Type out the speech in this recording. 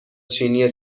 چینی